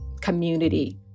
community